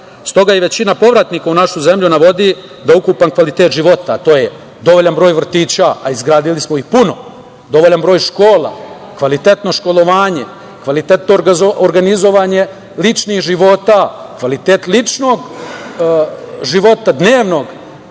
Stoga većina povratnika u našu zemlju navodi da ukupan kvalitet života, a to je dovoljan broj vrtića, a izgradili smo ih puno, dovoljan broj škola, kvalitetno školovanje, kvalitetno organizovanje ličnih života, kvalitet ličnog života, dnevnog,